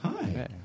Hi